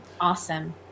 awesome